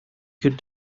could